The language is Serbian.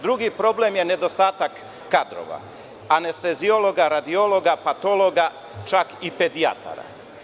Drugi problem je nedostatak kadrova, anesteziologa, radiologa, patologa, čak i pedijatara.